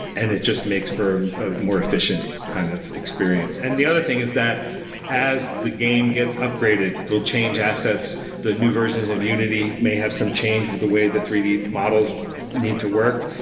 and it just makes for a more efficient kind of experience. and the other thing is that as the game gets upgraded, we'll change assets. the new versions of unity may have some change with the way the three d models need to work.